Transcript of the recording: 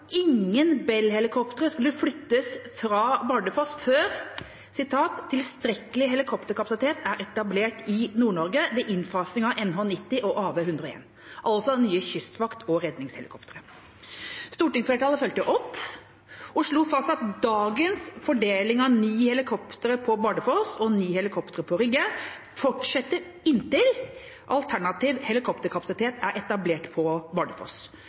ingen Bell-helikoptre skulle flyttes fra Bardufoss før «tilstrekkelig helikopterkapasitet er etablert i Nord-Norge, ved innfasing av NH90 og AW101», altså nye kystvakt- og redningshelikoptre. Stortingsflertallet fulgte opp og slo fast at dagens fordeling av ni helikoptre på Bardufoss og ni helikoptre på Rygge fortsetter inntil alternativ helikopterkapasitet er etablert på Bardufoss,